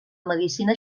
medicina